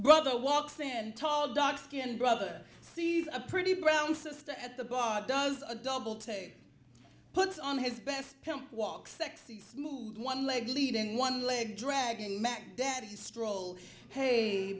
brother walks stand tall dark skinned brother see a pretty brown sister at the bar does a double take puts on his best walk sexy smooth one leg leading one leg dragging mack daddy stroll hey